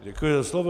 Děkuji za slovo.